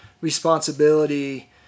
responsibility